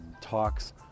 talks